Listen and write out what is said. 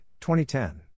2010